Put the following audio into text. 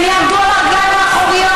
הם יעמדו על הרגליים האחוריות.